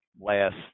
last